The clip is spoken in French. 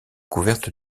couverte